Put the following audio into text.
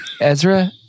Ezra